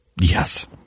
Yes